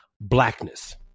blackness